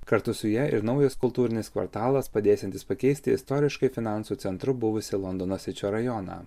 kartu su ja ir naujas kultūrinis kvartalas padėsiantis pakeisti istoriškai finansų centru buvusį londono sičio rajoną